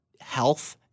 health